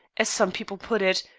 as some people put it,